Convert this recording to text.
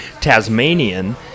Tasmanian